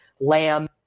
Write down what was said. Lamb